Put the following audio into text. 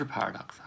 Paradox 。